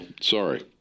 sorry